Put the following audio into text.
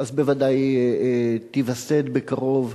אז בוודאי תיווסד בקרוב,